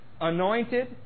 anointed